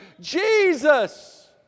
Jesus